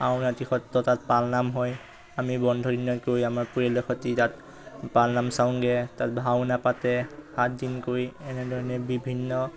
আউনীআটী সত্ৰৰ তাত পালনাম হয় আমি বন্ধ দিনত গৈ আমাৰ পৰিয়ালৰ সৈতে তাত পালনাম চাওঁগৈ তাত ভাওনা পাতে সাতদিনকৈ এনেধৰণে বিভিন্ন